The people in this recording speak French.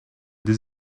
des